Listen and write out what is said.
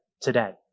today